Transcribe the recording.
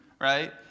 right